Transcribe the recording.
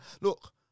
look